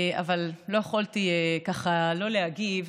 אבל לא יכולתי שלא להגיב.